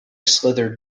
slithered